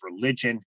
religion